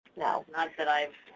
you know not that i've,